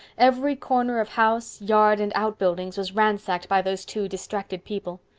every corner of house, yard, and outbuildings was ransacked by those two distracted people.